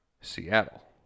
Seattle